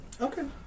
Okay